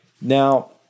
Now